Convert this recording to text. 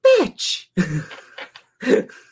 bitch